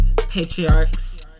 patriarchs